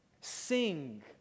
Sing